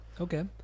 Okay